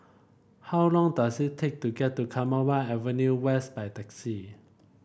how long does it take to get to Commonweal Avenue West by taxi